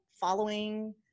following